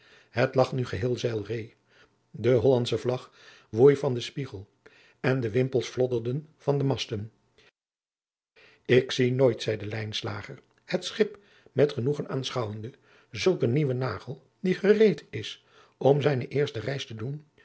het lag nu geheel zeilree de hollandsche vlag woei van den spiegel en de wimpels flodderden van de masten ik zie nooit zeide lijnslager het schip met genoegen aanschonwende zulk een nieuw nagel die gereed is om zijne eerste reis te doen